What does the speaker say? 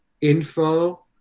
info